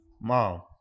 Mom